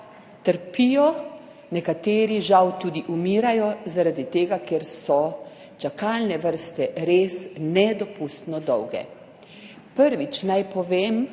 trpijo, nekateri žal tudi umirajo zaradi tega, ker so čakalne vrste res nedopustno dolge. Prvič, naj povem,